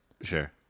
Sure